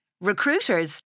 Recruiters